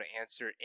answer